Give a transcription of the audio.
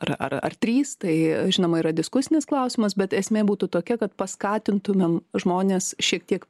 ar ar ar trys tai žinoma yra diskusinis klausimas bet esmė būtų tokia kad paskatintume žmones šiek tiek